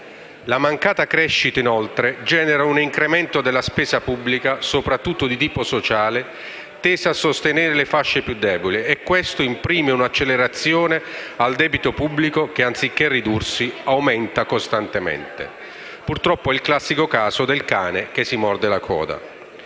La mancata crescita, inoltre, genera un incremento della spesa pubblica soprattutto di tipo sociale tesa a sostenere le fasce più deboli, e questo imprime una accelerazione al debito pubblico che, anziché ridursi, aumenta costantemente. Purtroppo, è il classico caso del cane che si morde la coda.